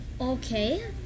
Okay